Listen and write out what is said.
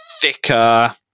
thicker